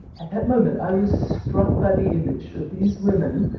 at that moment, i was struck by the image of these women